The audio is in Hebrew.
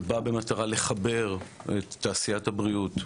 שבא במטרה לחבר את תעשיית הבריאות,